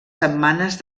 setmanes